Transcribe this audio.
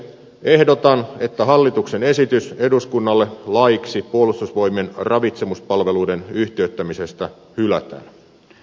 ehdotan että hallituksen esitys eduskunnalle laiksi puolustusvoimien ravitsemispalvelujen yhtiöittämisestä hylätään